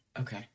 okay